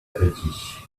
petit